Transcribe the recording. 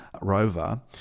rover